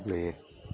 ꯂꯩꯌꯦ